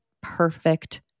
perfect